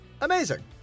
Amazing